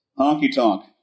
Honky-tonk